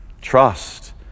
Trust